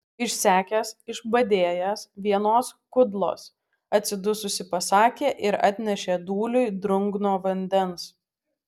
išsekęs išbadėjęs vienos kudlos atsidususi pasakė ir atnešė dūliui drungno vandens